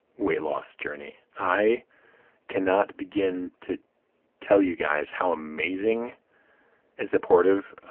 weight loss journey. i cannot begin to tell you guys how amazing and supportive